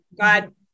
God